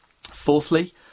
Fourthly